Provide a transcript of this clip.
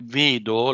vedo